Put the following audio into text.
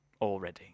already